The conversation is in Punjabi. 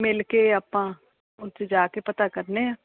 ਮਿਲ ਕੇ ਆਪਾਂ ਉੱਥੇ ਜਾ ਕੇ ਪਤਾ ਕਰਦੇ ਹਾਂ